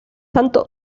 tanto